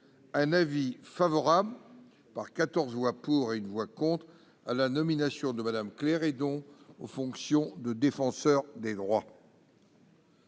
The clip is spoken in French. un avis favorable- 14 voix pour, 1 voix contre -à la nomination de Mme Claire Hédon aux fonctions de Défenseur des droits.